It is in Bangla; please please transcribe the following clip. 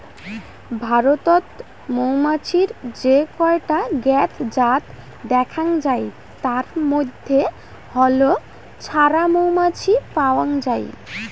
ভারতত মৌমাছির যে কয়টা জ্ঞাত জাত দ্যাখ্যাং যাই তার মইধ্যে হুল ছাড়া মৌমাছি পাওয়াং যাই